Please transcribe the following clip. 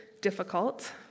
difficult